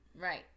Right